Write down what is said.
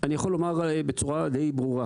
אני יכול לומר בצורה די ברורה,